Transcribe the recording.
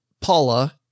paula